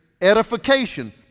edification